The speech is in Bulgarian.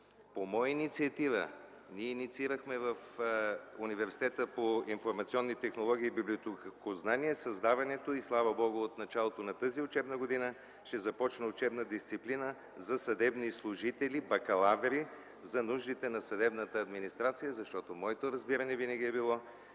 По моя инициатива инициирахме в Университета по библиотекознание и информационни технологии създаването, и слава Богу, от началото на тази година ще започне учебна дисциплина за съдебни служители, бакалаври за нуждите на съдебната администрация, защото моето разбиране винаги е било,